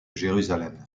jérusalem